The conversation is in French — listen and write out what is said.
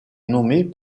nommée